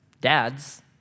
dads